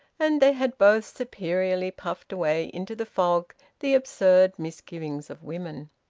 and they had both superiorly puffed away into the fog the absurd misgivings of women.